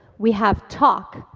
we have talk,